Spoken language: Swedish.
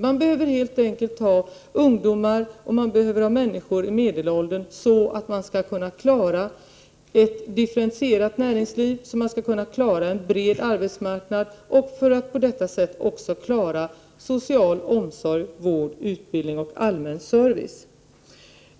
Man behöver helt enkelt ha ungdomar och människor i medelåldern för att kunna klara ett differentierat näringsliv och en bred arbetsmarknad och för att på detta sätt också klara social omsorg, vård, utbildning och allmän service.